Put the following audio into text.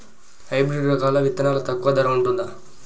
Hybrid రకాల విత్తనాలు తక్కువ ధర ఉంటుందా?